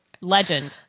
Legend